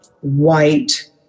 white